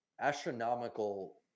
astronomical